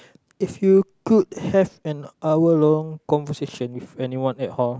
if you could have an hour long conversation with anyone at all